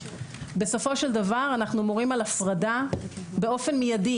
בסופו של דבר אנחנו מורים על הפרדה באופן מידי.